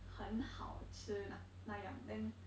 很好吃那那样 then